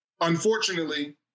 unfortunately